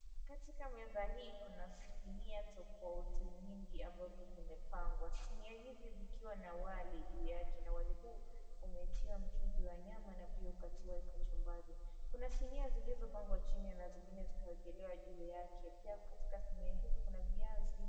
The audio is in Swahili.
Katika meza hii kuna sinia nyingi tofauti ambazo zimepangwa. Sinia hizi zikiwa na wali juu yake na wali huu umetiwa mchuzi wa nyama na viungo vilivyokatiwa kachumbari. Kuna sinia zilizopangwa chini na zingine zikaekelewa juu yake. Pia katika sinia hizi kuna viazi.